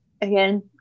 Again